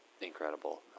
incredible